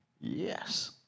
Yes